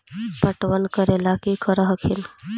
पटबन करे ला की कर हखिन?